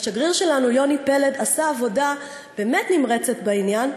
והשגריר שלנו יוני פלד עשה עבודה באמת נמרצת בעניין,